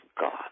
God